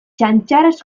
txantxarrez